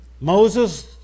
Moses